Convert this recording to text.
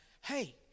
hey